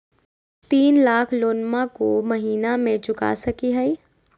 तीन लाख लोनमा को महीना मे चुका सकी हय?